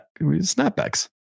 snapbacks